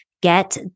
get